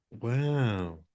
Wow